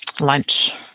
lunch